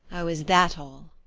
o, is that all?